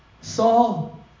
Saul